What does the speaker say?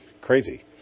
Crazy